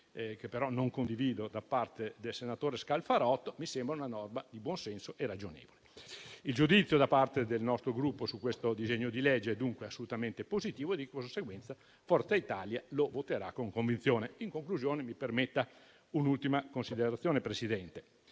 che però non condivido da parte del senatore Scalfarotto - una norma di buonsenso e ragionevole. Il giudizio da parte del nostro Gruppo su questo disegno di legge, dunque, è assolutamente positivo e di conseguenza Forza Italia lo voterà con convinzione. In conclusione, mi permetta un'ultima considerazione, signor Presidente.